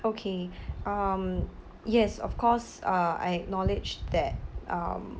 okay um yes of course uh I acknowledge that um